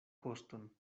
koston